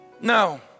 No